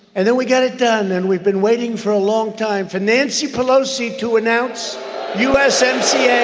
and then we got it done and we've been waiting for a long time for nancy pelosi to announce usmc yeah